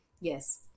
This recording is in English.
yes